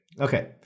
Okay